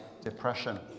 Depression